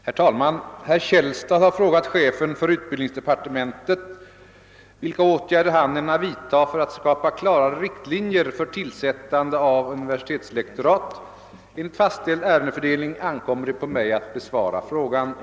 Herr talman! Herr Källstad har frågat chefen för utbildningsdepartementet vilka åtgärder han ämnar vidtaga för att skapa klarare riktlinjer för tillsättande av universitetslektorat. Enligt fastställd ärendefördelning ankommer det på mig att besvara frågan.